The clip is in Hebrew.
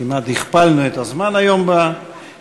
כמעט הכפלנו את הזמן היום בנאומים.